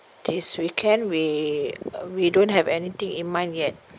this weekend we we don't have anything in mind yet